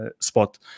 spot